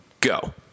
go